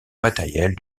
matériels